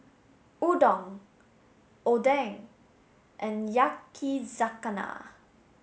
Udon Oden and Yakizakana